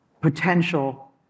potential